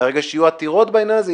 מרגע שיהיו עתירות בעניין הזה,